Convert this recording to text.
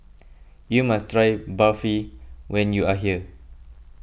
you must try Barfi when you are here